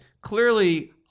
Clearly